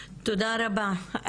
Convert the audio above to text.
תודה רבה.